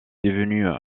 devenue